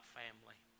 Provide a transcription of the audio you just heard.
family